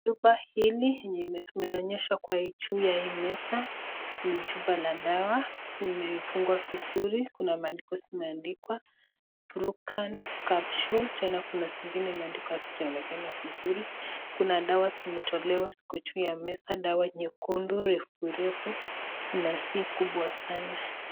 Chupa hili yenye tumeonyeshwa juu ya hii meza ni chupa ya dawa zimefungwa. Kuna maandiko yameandikwa Brucan Capsul .Tena kuna zingine zimeandikwa hazijaonekana vizuri. Kuna dawa zimetolewa ziko juu ya meza. Dawa nyekundu refu refu na si kubwa sana.